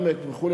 העמק" וכו',